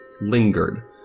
lingered